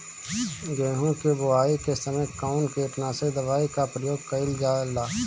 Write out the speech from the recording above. गेहूं के बोआई के समय कवन किटनाशक दवाई का प्रयोग कइल जा ला?